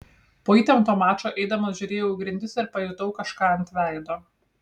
po įtempto mačo eidamas žiūrėjau į grindis ir pajutau kažką ant veido